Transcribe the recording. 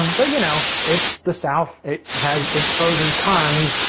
um but you know, it's the south. it has its pros and cons,